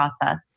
process